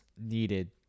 needed